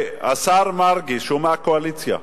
השר מרגי, שהוא מהקואליציה,